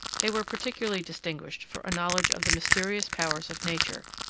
they were particularly distinguished for a knowledge of the mysterious powers of nature,